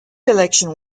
election